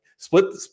Split